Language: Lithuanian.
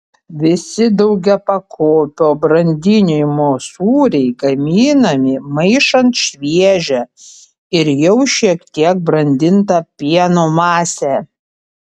visi daugiapakopio brandinimo sūriai gaminami maišant šviežią ir jau šiek tiek brandintą pieno masę